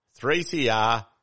3CR